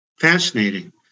Fascinating